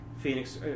Phoenix